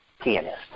pianist